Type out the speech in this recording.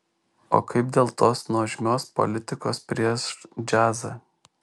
o kaip dėl tos nuožmios politikos prieš džiazą